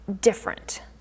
different